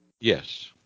Yes